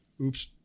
Oops